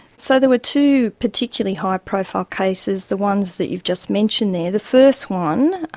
so there were two particularly high-profile cases the ones that you've just mentioned there. the first one,